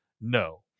No